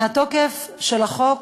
מתוקף החוק,